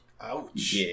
Ouch